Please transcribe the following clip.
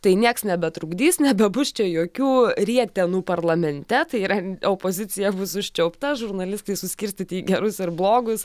tai nieks nebetrukdys nebebus čia jokių rietenų parlamente tai yra opozicija bus užčiaupta žurnalistai suskirstyti į gerus ir blogus